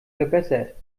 verbessert